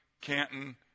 Canton